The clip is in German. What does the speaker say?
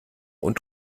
und